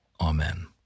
Amen